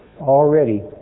already